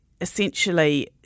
essentially